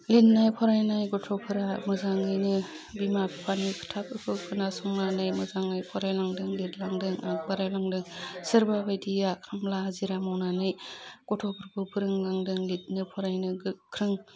लिरनाय फरायनाय गथ'फोरा मोजाङैनो बिमा फिफानि खोथाफोरखौ खोनासंनानै मोजाङै फरायलांदों लिरलांदों आगबारायलांदों सोरबा बायदिया खामला हाजिरा मावनानै गथ'फोरखौ फोरोंलांदों लितनो फरायनो गोख्रों